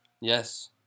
Yes